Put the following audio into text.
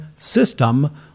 system